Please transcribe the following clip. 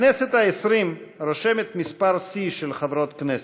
הכנסת העשרים רושמת מספר שיא של חברות כנסת: